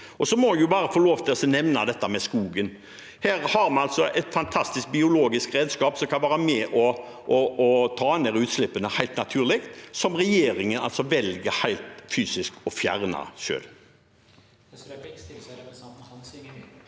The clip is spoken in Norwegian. Jeg må få lov til å nevne dette med skogen. I den har vi et fantastisk biologisk redskap som kan være med og ta ned utslippene helt naturlig, men som regjeringen velger fysisk å fjerne.